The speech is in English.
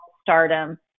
stardom